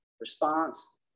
response